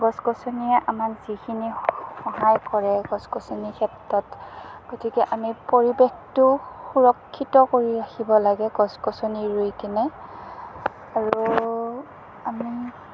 গছ গছনিয়ে আমাক যিখিনি সহায় কৰে গছ গছনিৰ ক্ষেত্ৰত গতিকে আমি পৰিৱেশটো সুৰক্ষিত কৰি ৰাখিব লাগে গছ গছনি ৰুইকেনে আৰু আমি